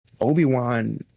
obi-wan